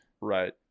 right